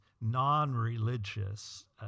non-religious